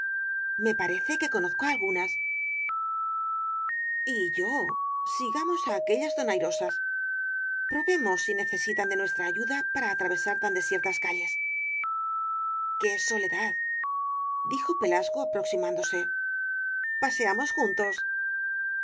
me parece que conozco á algunas y yo sigamos á aquellas donairosas probemos si necesitan de nuestra ayuda para atravesar tan desiertas calles qué soledad dijo pelasgo aproximándos e paseamos juntos